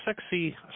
sexy